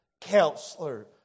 Counselor